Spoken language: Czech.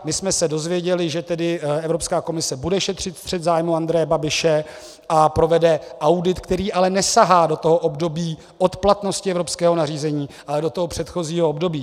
My jsme se dozvěděli, že tedy Evropská komise bude šetřit střet zájmů Andreje Babiše a provede audit, který ale nesahá do toho období od platnosti evropského nařízení, ale do toho předchozího období.